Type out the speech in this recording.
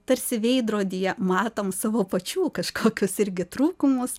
tarsi veidrodyje matom savo pačių kažkokius irgi trūkumus